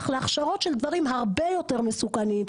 להכשרות של דברים הרבה יותר מסוכנים,